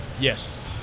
Yes